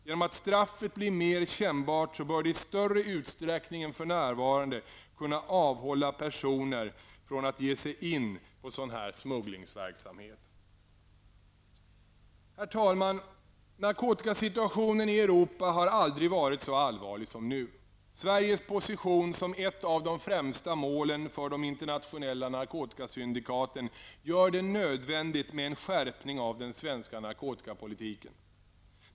Genom att straffet blir mer kännbart bör det i större utsträckning än för närvarande kunna avhålla personer från att ge sig in på sådan smugglingsverksamhet. Herr talman! Narkotikasituationen i Europa har aldrig varit så allvarlig som nu. Sveriges position som ett av de främsta målen för de internationella narkotikasyndikaten gör det nödvändigt med en skärpning av den svenska narkotikapolitiken.